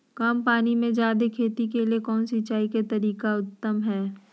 कम पानी में जयादे खेती के लिए कौन सिंचाई के तरीका उत्तम है?